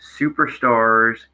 Superstars